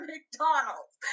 McDonald's